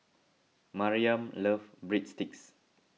Maryam loves Breadsticks